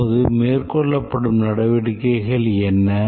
அதாவது மேற்கொள்ளப்படும் நடவடிக்கைகள் என்ன